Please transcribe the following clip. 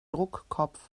druckkopf